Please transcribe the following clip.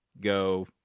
go